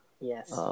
Yes